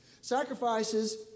Sacrifices